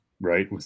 right